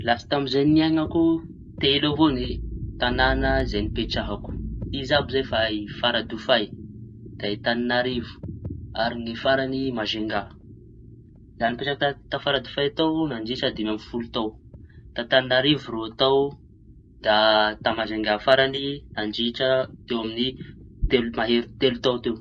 lasy tamizay niaiñako, telo avao ny tañana zay nipetrahako. Tsy iza àby zay fa Faradofay, da i Tananarivo ary ny farañy Mazingà. Da nipetraky ta ta Faradofay tao mandritra dimy ambifolo taoña, tan tananarivo roa tao, da ta Mazangà farañy nandritra teo amiñy telo mahery telo tao teo.